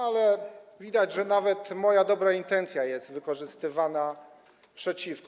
Ale widać, że nawet moja dobra intencja jest wykorzystywana przeciwko.